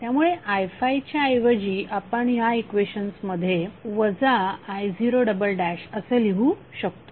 त्यामुळे i5 च्या ऐवजी आपण ह्या इक्वेशन्स मध्ये i0 असे लिहू शकतो